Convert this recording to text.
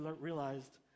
realized